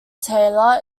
taylor